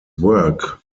work